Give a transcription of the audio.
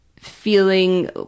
feeling